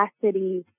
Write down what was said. capacity